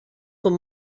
con